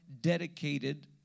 dedicated